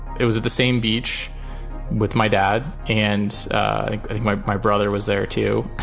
it was at the same beach with my dad and and my my brother was there, too.